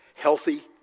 healthy